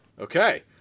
Okay